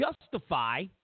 justify